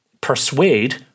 persuade